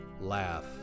laugh